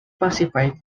pacified